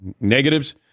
negatives